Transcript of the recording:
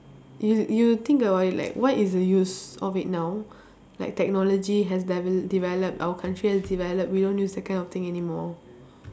you you think about it like what is the use of it now like technology has devel~ developed our country has developed we don't use that kind of thing anymore